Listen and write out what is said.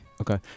okay